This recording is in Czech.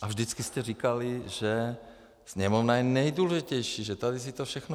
A vždycky jste říkali, že Sněmovna je nejdůležitější, že tady si to všechno vykecáme.